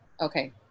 okay